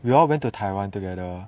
we all went to taiwan together